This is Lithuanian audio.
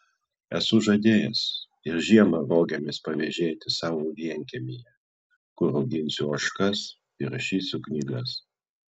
esu žadėjęs ir žiemą rogėmis pavėžėti savo vienkiemyje kur auginsiu ožkas ir rašysiu knygas